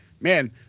man